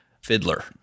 fiddler